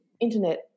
internet